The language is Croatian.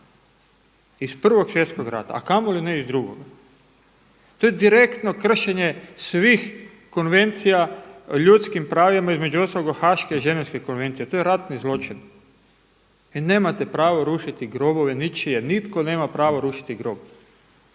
iz Prvog svjetskog rata, a kamoli ne iz drugog. To je direktno kršenje svih konvencija o ljudskim pravima između ostaloga Haške i Ženevske konvencije, to je ratni zločin. Vi nemate pravo rušiti grobove ničije, nitko nema pravo rušiti grob,